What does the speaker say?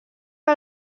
que